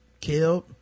killed